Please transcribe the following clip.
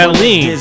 lean